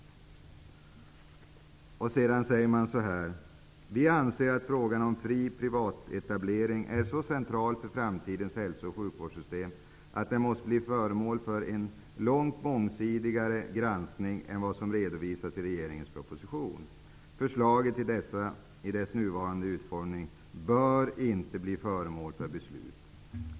Vidare säger man: ''Vi anser att frågan om fri privatetablering är så central för framtidens hälso och sjukvårdssystem att den måste bli föremål för en långt mångsidigare granskning än vad som redovisas i regeringens proposition. Förslaget i dess nuvarande utformning bör inte bli föremål för beslut.